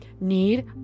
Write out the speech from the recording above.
need